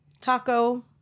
taco